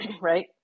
right